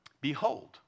behold